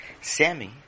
Sammy